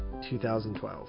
2012